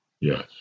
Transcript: Yes